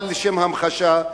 לשם המחשה,